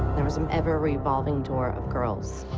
there was an ever-revolving door of girls.